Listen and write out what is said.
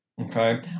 Okay